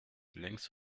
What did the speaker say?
längs